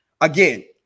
Again